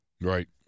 Right